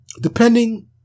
depending